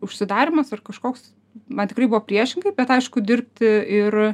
užsidarymas ar kažkoks man tikrai buvo priešingai bet aišku dirbti ir